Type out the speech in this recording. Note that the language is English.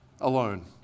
alone